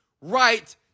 right